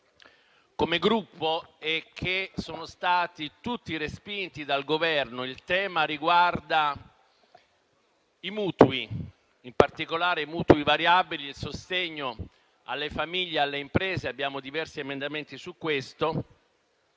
come Gruppo e che sono stati tutti respinti dal Governo. Il tema riguarda i mutui, in particolare quelli a tasso variabile e il sostegno alle famiglie e alle imprese. Abbiamo presentato diversi emendamenti su questo